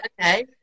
okay